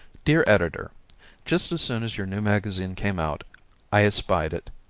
dear editor just as soon as your new magazine came out i espied it.